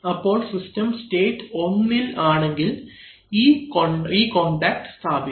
അപ്പോൾ system state 1ഇൽ ആണെങ്കിൽ ഈ കോൺടാക്ട് സ്ഥാപിക്കും